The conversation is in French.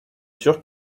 turc